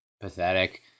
pathetic